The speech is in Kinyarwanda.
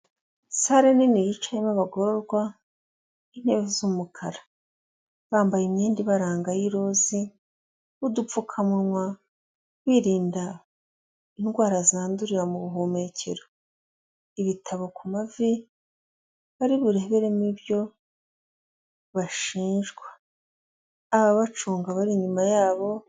Sale nini yicayemo abagororwa intebe z'umukara bambaye imyenda ibaranga y'irozi n'udupfukamunwa biririnda indwara zandurira mu buhumekero, ibitabo ku mavi bari bureberemo ibyo bashinjwa, ababacunga bari inyuma yabo